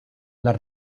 las